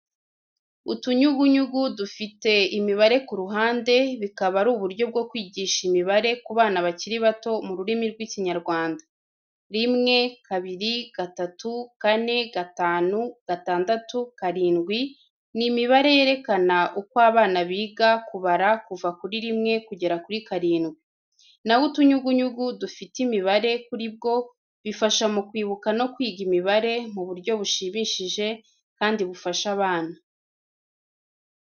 Utunyugunyugu dufite imibare ku ruhande, bikaba ari uburyo bwo kwigisha imibare ku bana bakiri bato mu rurimi rw'Ikinyarwanda 1, 2, 3, 4, 5, 6, 7 ni imibare yerekana uko abana biga kubara kuva ku 1 kugera ku 7. Naho utunyugunyugu dufite imibare kuri bwo bifasha mu kwibuka no kwiga imibare mu buryo bushimishije kandi bufasha abana.